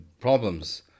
problems